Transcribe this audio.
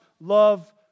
love